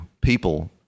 people